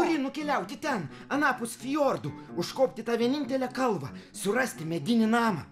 turi nukeliauti ten anapus fjordų užkopt į tą vienintelę kalvą surasti medinį namą